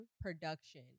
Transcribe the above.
production